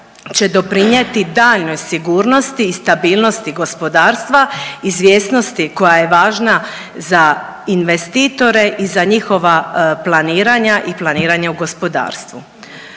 će doprinijeti daljnjoj sigurnosti i stabilnosti gospodarstva, izvjesnosti koja je važna za investitore i za njihova planiranja i planiranja u gospodarstvu.